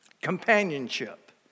companionship